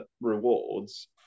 rewards